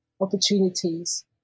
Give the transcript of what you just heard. opportunities